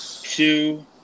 two